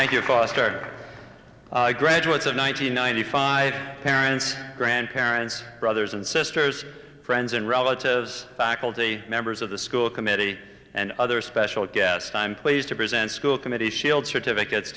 for starting graduates of nine hundred ninety five parents grandparents brothers and sisters friends and relatives faculty members of the school committee and other special guest i'm pleased to present school committee shield certificates